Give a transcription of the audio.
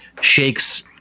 shakes